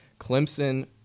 Clemson